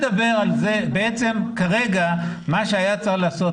מה שהיה צריך לעשות,.